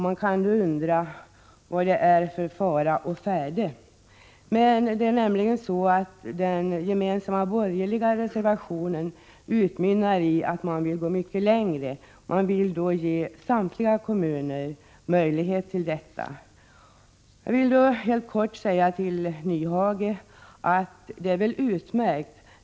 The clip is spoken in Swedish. Man kan då undra vad det är för fara å färde. Den gemensamma borgerliga reservationen utmynnar i att man vill gå mycket längre än vad som föreslås i propositionen. Man vill ge samtliga kommuner möjlighet till denna tillståndsprövning. Jag vill helt kort säga följande till Hans Nyhage.